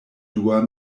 dua